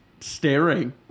staring